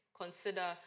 consider